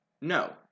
No